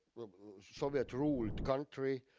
soviet-ruled country